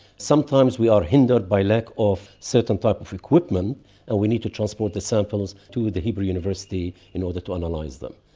sometimes we are hindered by lack of certain types of equipment and we need to transport the samples to the hebrew university in order to and analyse them.